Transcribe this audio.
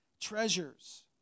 treasures